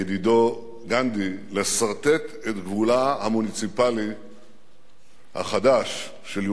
גנדי לסרטט את גבולה המוניציפלי החדש של ירושלים,